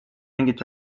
mingit